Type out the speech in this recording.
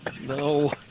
No